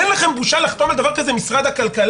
אין לכם בושה לחתום על דבר כזה, משרד הכלכלה?